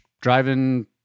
driving